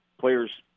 players